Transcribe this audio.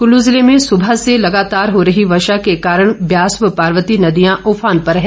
कुल्लू जिले में सुबह से लगातार हो रही वर्षा के कारण ब्यास व पार्वती नदियां उफान पर हैं